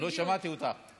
לא שמעתי אותך.